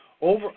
Over